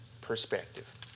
perspective